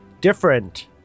different